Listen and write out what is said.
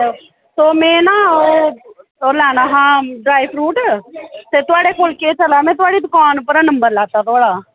ते में ना ओह लैना हा ड्राई फ्रूट ते थुआढ़े कोल केह् चला दा थुआढ़ी दुकान उप्परा नंबर लैता थुआढ़ा